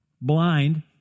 blind